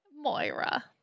Moira